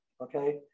okay